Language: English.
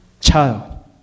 child